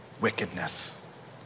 wickedness